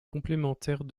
complémentaire